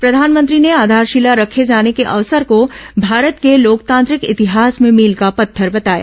प्रधानमंत्री ने आधारशिला रखे जाने के अवसर को भारत के लोकतांत्रिक इतिहास में मील का पत्थर बताया